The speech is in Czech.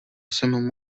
jsem